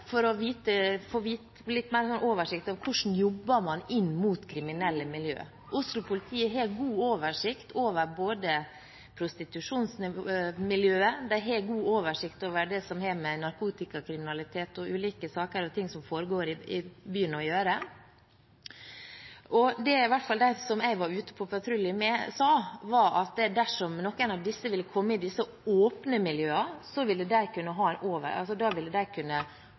for å få litt mer oversikt over hvordan man jobber inn mot kriminelle miljø. Oslo-politiet har god oversikt over både prostitusjonsmiljøet og det som har med narkotikakriminalitet og ulike saker og ting som foregår i byen å gjøre. Og det som i hvert fall de som jeg var ute på patrulje sammen med, sa, var at dersom noen av disse barna skulle dukke opp i disse åpne miljøene, ville de kunne se det ganske raskt. Det trenger ikke bety at det ikke er barn som er i de